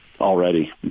already